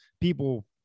people